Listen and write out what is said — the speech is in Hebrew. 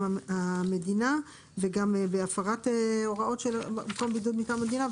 המדינה ובהפרת הוראות של מקום בידוד מטעם המדינה.